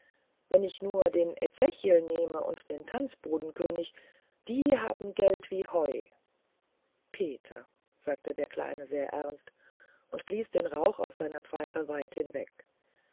wenn ich nur den ezechiel nehme und den tanzbodenkönig die haben geld wie heu peter sagte der kleine sehr ernst und blies den rauch aus seiner pfeife weit hinweg